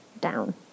down